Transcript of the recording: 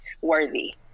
worthy